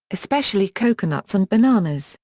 especially coconuts and bananas,